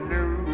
New